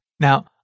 Now